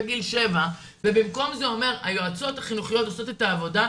בגיל שבע" ובמקום זה הוא אומר "היועצות החינוכיות עושות את העבודה",